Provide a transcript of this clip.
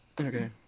Okay